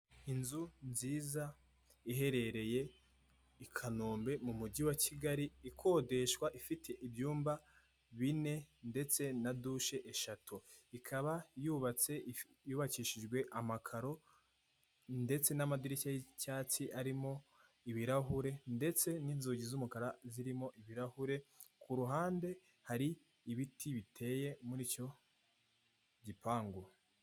Inzu nziza iherereye i Kanombe mu mujyi wa Kigali ikodeshwa, ifite ibyumba bine ndetse na dushe eshatu ikaba yubatse yubakishijwe amakaro, ndetse n'amadirishya y'icyatsi arimo ibirahure, ndetse n'inzugi z'umukara zirimo ibirahure, ku ruhande hari ibiti biteye muri icyo gipangu.